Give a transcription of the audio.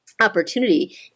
opportunity